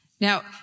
Now